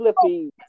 flippy